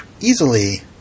easily